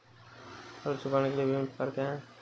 ऋण चुकाने के विभिन्न प्रकार क्या हैं?